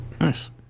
Nice